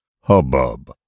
Hubbub